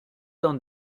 dans